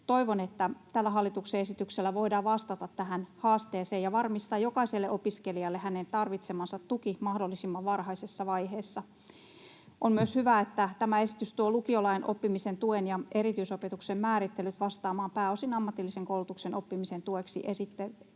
Toivon, että tällä hallituksen esityksellä voidaan vastata tähän haasteeseen ja varmistaa jokaiselle opiskelijalle hänen tarvitsemansa tuki mahdollisimman varhaisessa vaiheessa. On myös hyvä, että tämä esitys tuo lukiolain oppimisen tuen ja erityisopetuksen määrittelyt vastaamaan pääosin ammatillisen koulutuksen oppimisen tueksi esitettäviä